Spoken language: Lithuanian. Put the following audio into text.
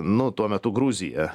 nu tuo metu gruziją